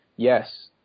Yes